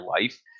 life